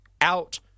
out